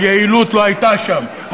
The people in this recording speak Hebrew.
היעילות לא הייתה שם,